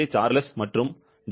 Charles மற்றும் J